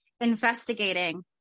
investigating